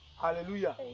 Hallelujah